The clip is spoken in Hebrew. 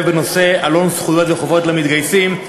בנושא: עלון זכויות וחובות למתגייסים.